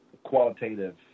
Qualitative